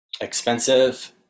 expensive